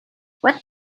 what